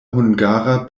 hungara